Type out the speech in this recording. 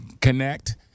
connect